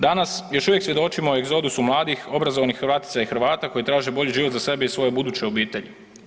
Danas još uvijek svjedočimo egzodusu mladih obrazovanih Hrvatica i Hrvata koji traže bolji život za sebe i svoje buduće obitelji.